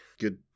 Good